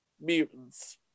mutants